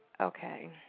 Okay